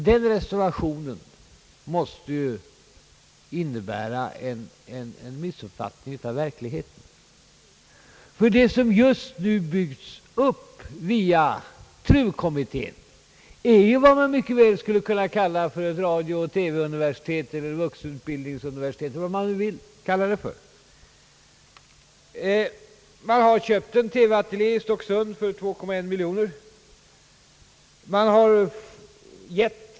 Den reservationen måste emellertid innebära en missuppfattning av verkligheten, ty vad som just nu byggs upp via TRU-kommittén är ju vad man mycket väl skulle kunna kalla för ett radio-TV-universitet eller vuxenutbildningsuniversitet eller vad man nu vill kalla det. En TV-ateljé har köpts i Stocksund för 2,1 miljoner kronor.